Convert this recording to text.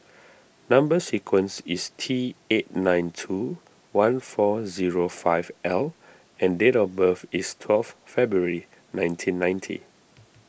Number Sequence is T eight nine two one four zero five L and date of birth is twelve February nineteen ninety